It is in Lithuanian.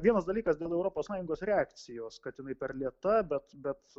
vienas dalykas dėl europos sąjungos reakcijos kad jinai per lėta bet bet